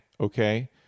okay